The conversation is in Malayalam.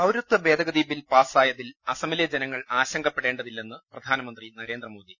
പൌരത്വ ഭേദഗതി ബിൽ പാസ്സായതിൽ അസമിലെ ജനങ്ങൾ ആശങ്കപ്പെടേണ്ടെതില്ലെന്ന് പ്രധാനമന്ത്രി നരേന്ദ്രമോദി